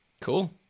Cool